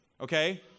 okay